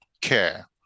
care